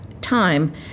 time